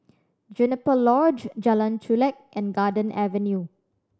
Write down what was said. Juniper Lodge Jalan Chulek and Garden Avenue